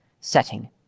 setting